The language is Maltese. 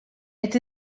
qed